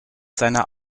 seiner